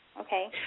Okay